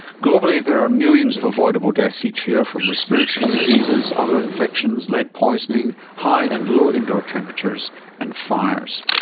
globally there are millions of avoidable deaths each year from respiratory diseases, other infections, lead poisoning, high and low indoor temperatures and fires.